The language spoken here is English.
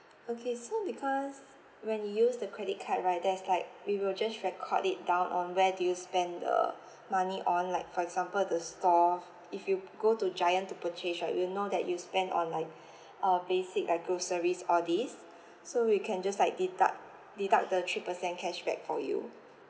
okay so because when you use the credit card right there's like we will just record it down on where do you spend the money on like for example the store if you go to giant to purchase right we will know that you spend on like uh basic like groceries all these so we can just like deduct deduct the three percent cashback for you